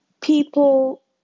people